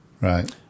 Right